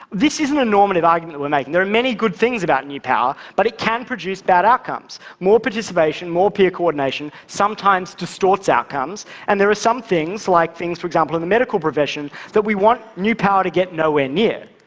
this isn't an normative argument that we're making, there are many good things about new power, but it can produce bad outcomes. more participation, more peer coordination, coordination, sometimes distorts outcomes and there are some things, like things, for example, in the medical profession that we want new power to get nowhere near.